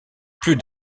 plus